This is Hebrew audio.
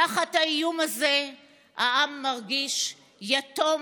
תחת האיום הזה העם מרגיש יתום,